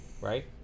right